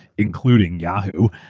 including yahoo!